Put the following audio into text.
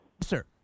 Sir